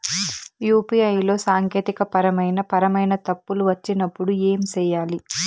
UPI లో సాంకేతికపరమైన పరమైన తప్పులు వచ్చినప్పుడు ఏమి సేయాలి